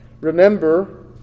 Remember